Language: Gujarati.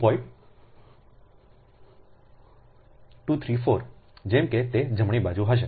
234 જેમ કે તે જમણી બાજુ હશે